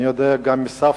אני יודע גם מהסבתות,